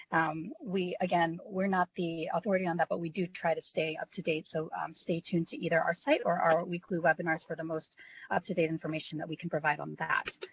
um we, again, we are not the authority on that, but we do try to stay up to date, so stay tuned to either our site or our weekly webinars for the most up to date information we can provide on that.